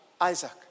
Isaac